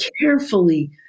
carefully